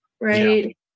right